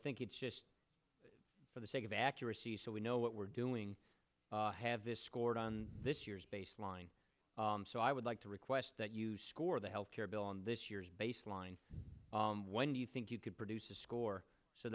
think it's just for the sake of accuracy so we know what we're doing have this scored on this year's baseline so i would like to request that you score the health care bill on this year's baseline when you think you could produce a score so